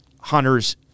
hunters